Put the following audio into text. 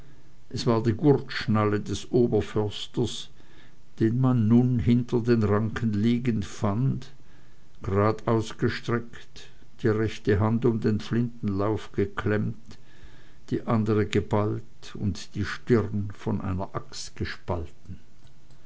es war die gurtschnalle des oberförsters den man nun hinter den ranken liegend fand grad ausgestreckt die rechte hand um den flintenlauf geklemmt die andere geballt und die stirn von einer axt gespalten